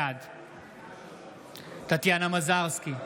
בעד טטיאנה מזרסקי,